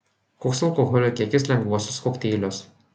koks alkoholio kiekis lengvuosiuos kokteiliuos